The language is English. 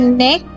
neck